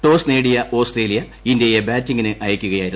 toss നേടിയ Australia ഇന്ത്യയെ ബാറ്റിംഗിന് അയയ്ക്കുകയായിരുന്നു